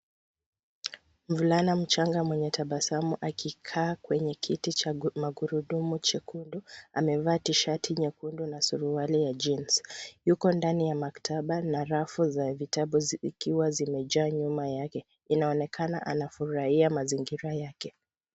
Mvulana mchanga mwenye tabasamu akikaa kwenye kiti cha magurudumu chekundu, amevaa tishati nyekundu na suruali ya jeans . Yuko ndani ya maktaba na rafu za vitabu zilikiwa zimejaa nyuma yake. Anaonekana anafurahia mazingira yake.